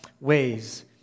ways